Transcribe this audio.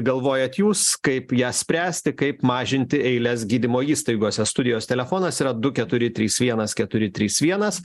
galvojat jūs kaip ją spręsti kaip mažinti eiles gydymo įstaigose studijos telefonas yra du keturi trys vienas keturi trys vienas